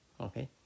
okay